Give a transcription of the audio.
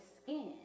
skin